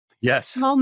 Yes